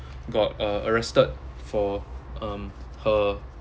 got uh arrested for um her